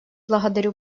благодарю